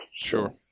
Sure